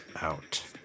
out